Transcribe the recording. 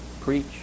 preach